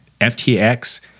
FTX